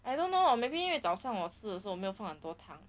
I don't know maybe 因为早上我是说我没有放很多糖